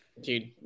Dude